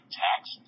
text